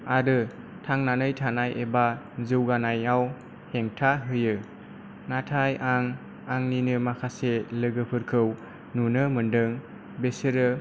आरो थांनानै थानाय एबा जौगानायाव हेंथा होयो नाथाय आं आंनिनो माखासे लोगोफोरखौ नुनो मोनदों बिसोरो